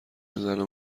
زنو